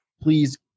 Please